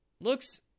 looks